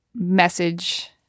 Message